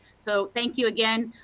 so thank you again.